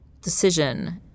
decision